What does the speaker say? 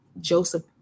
Joseph